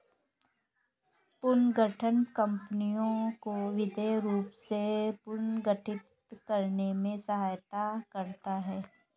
पुनर्गठन कंपनियों को वित्तीय रूप से पुनर्गठित करने में सहायता करता हैं